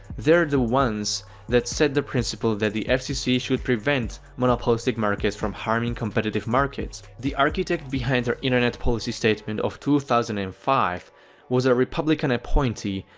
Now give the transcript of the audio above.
they're the ones that set the principle that the fcc should prevent monopolistic markets from harming competitive markets. the architect behind the internet policy statement of two thousand and five was a republican appointee,